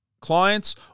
clients